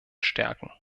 stärken